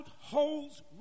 holds